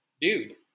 dude